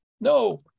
No